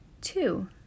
two